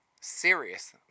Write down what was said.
serious